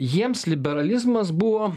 jiems liberalizmas buvo